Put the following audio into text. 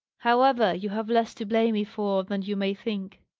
however, you have less to blame me for than you may think.